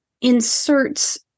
inserts